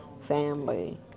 family